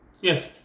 Yes